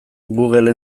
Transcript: google